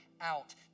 out